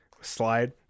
slide